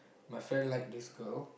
my friend like this girl